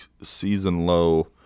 season-low